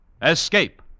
Escape